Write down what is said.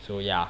so ya